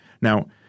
Now